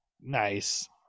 Nice